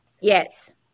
yes